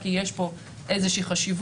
כי יש פה איזה חשיבות,